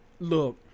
Look